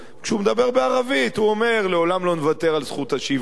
כשהוא מדבר בערבית הוא אומר: לעולם לא נוותר על זכות השיבה.